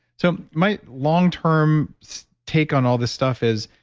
so my long-term take on all this stuff is,